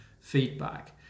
feedback